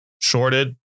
shorted